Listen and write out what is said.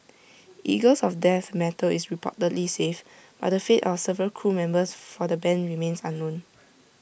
eagles of death metal is reportedly safe but the fate of several crew members for the Band remains unknown